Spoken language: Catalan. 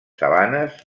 sabanes